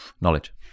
Knowledge